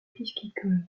piscicole